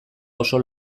oso